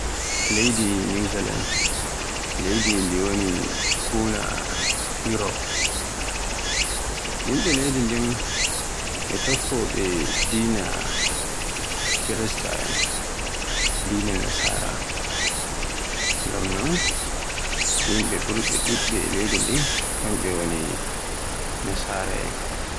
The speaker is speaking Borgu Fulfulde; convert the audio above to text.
Leydi New Zealand leydi ndi woni fuuna Yurof, yimɓe leydi ndin, ɓe tokkowoɓe dina Kirista'en, dina nasara, ngam non yimɓe ɓurɓe ɗuɓɓe e leydi ndin kamɓe woni nasara'en.